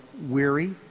weary